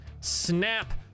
snap